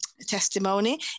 testimony